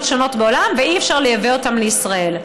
שונות בעולם ואי-אפשר לייבא אותם לישראל.